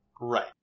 Right